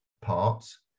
parts